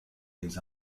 des